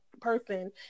person